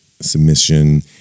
submission